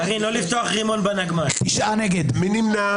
מי נמנע?